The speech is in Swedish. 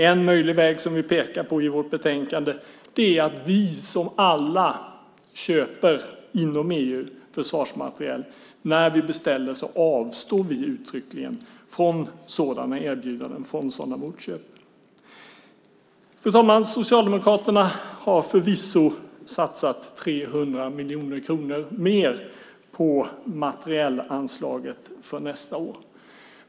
En möjlig väg som vi pekar på i vårt utlåtande är att vi alla som inom EU köper försvarsmateriel när vi beställer uttryckligen avstår från sådana erbjudanden, från sådana motköp. Fru talman! Socialdemokraterna har förvisso satsat 300 miljoner kronor mer på materielanslaget för nästa år.